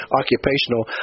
occupational